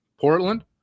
Portland